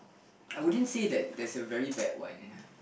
I wouldn't say that there's a very bad one